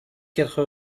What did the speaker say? quatre